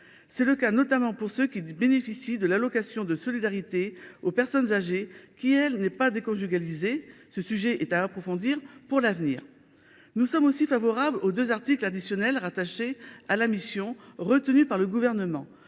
C’est le cas notamment de ceux qui bénéficient de l’allocation de solidarité aux personnes âgées qui, elle, n’est pas déconjugalisée. Ce sujet est à approfondir pour l’avenir. Nous sommes aussi favorables aux deux articles additionnels rattachés à la mission, retenus par le Gouvernement.